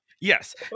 Yes